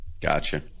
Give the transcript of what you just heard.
Gotcha